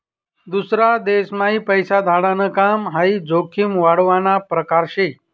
दूसरा देशम्हाई पैसा धाडाण काम हाई जोखीम वाढावना परकार शे